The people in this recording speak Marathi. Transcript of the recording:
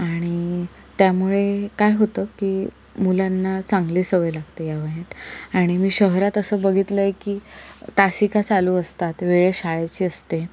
आणि त्यामुळे काय होतं की मुलांना चांगली सवय लागते या वयात आणि मी शहरात असं बघितलं आहे की तासिका चालू असतात वेळ शाळेची असते